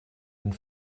and